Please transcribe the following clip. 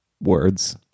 words